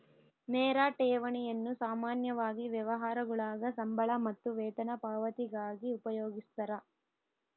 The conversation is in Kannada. ನೇರ ಠೇವಣಿಗಳನ್ನು ಸಾಮಾನ್ಯವಾಗಿ ವ್ಯವಹಾರಗುಳಾಗ ಸಂಬಳ ಮತ್ತು ವೇತನ ಪಾವತಿಗಾಗಿ ಉಪಯೋಗಿಸ್ತರ